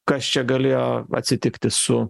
kas čia galėjo atsitikti su